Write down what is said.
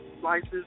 slices